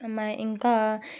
ఇంకా